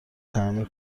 تعمیر